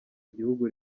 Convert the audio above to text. igihugu